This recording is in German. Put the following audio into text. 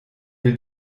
will